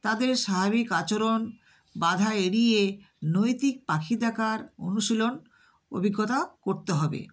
তাদের স্বাভাবিক আচরণ বাধা এড়িয়ে নৈতিক পাখি দেখার অনুশীলন অভিজ্ঞতা করতে হবে